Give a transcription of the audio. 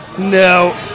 No